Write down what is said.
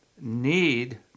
need